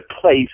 place